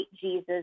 Jesus